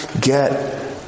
get